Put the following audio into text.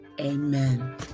Amen